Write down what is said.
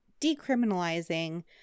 decriminalizing